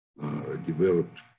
developed